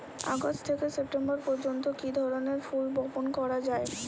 August থেকে September পর্যন্ত কি ধরনের ফুল বপন করা যায়?